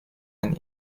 année